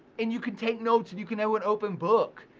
and you can take notes, and you can have it open book.